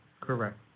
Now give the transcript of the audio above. Correct